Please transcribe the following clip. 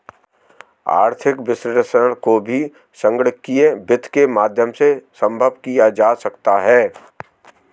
आर्थिक विश्लेषण को भी संगणकीय वित्त के माध्यम से सम्भव किया जा सकता है